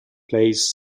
plays